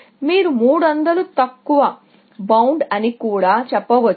మీరు 300 తక్కువ బౌండ్ అని కూడా చెప్పవచ్చు